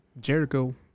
Jericho